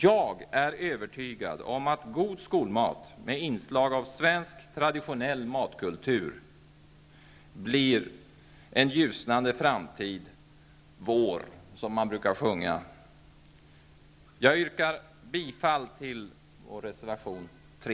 Jag är övertygad om att god skolmat, med inslag av svensk, traditionell matkultur, blir vår ljusnande framtid, som man brukar sjunga. Jag yrkar bifall till vår reservation 3.